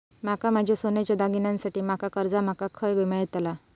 माका माझ्या सोन्याच्या दागिन्यांसाठी माका कर्जा माका खय मेळतल?